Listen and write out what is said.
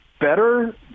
better